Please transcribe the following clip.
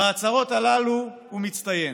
בהצהרות הללו הוא מצטיין.